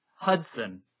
Hudson